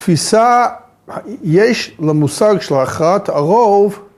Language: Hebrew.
‫תפיסה, יש למושג של הכרעת ‫הרוב...